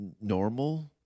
normal